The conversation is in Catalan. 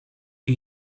que